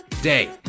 Day